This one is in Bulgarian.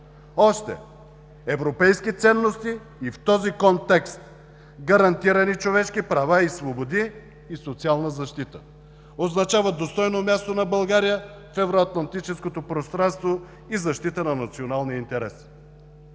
още европейски ценности и в този контекст гарантирани човешки права и свободи и социална защита; означава достойно място на България в евроатлантическото пространство и защита на националния интерес.